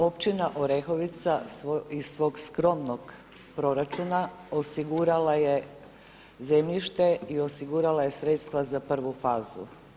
Općina Orehovica iz svog skromnog proračuna osigurala je zemljište i osigurala je sredstva za prvu fazu.